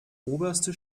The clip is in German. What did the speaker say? oberste